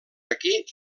aquí